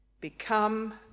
become